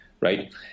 Right